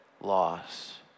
loss